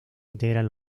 integran